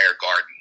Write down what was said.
garden